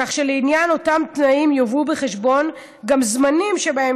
כך שלעניין אותם תנאים יובאו בחשבון גם זמנים שבהם